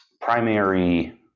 primary